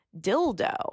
dildo